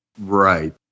Right